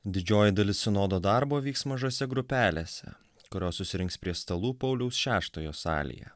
didžioji dalis sinodo darbo vyks mažose grupelėse kurios susirinks prie stalų pauliaus šeštojo salėje